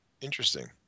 Interesting